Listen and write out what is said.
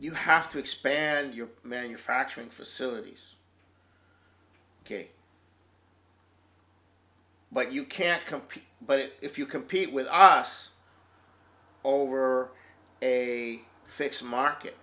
you have to expand your manufacturing facilities ok but you can't compete but if you compete with us over a fixed market